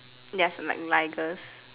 yes in like ligers